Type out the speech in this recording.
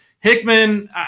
Hickman